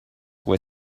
were